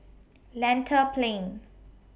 Lentor Plain